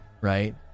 right